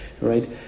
right